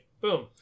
Boom